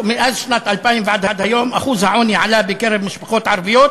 מאז שנת 2000 ועד היום אחוז העוני עלה בקרב משפחות ערביות